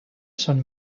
són